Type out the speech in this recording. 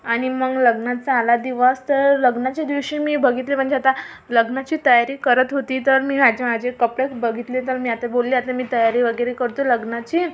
आणि मग लग्नाचा आला दिवस तर लग्नाच्या दिवशी मी बघितले म्हणजे आता लग्नाची तयारी करत होती तर मी माझे माझे कपडे बघितले तर मी आता बोलले आता मी तयारी वगैरे करतो लग्नाची